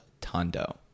Tondo